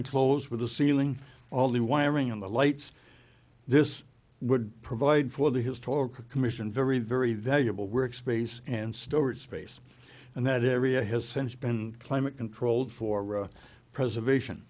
enclosed with the ceiling all the wiring in the lights this would provide for the historic a commission very very valuable work space and storage space and that area has since been climate controlled for preservation